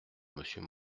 monsieur